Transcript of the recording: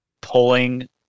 pulling